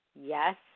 Yes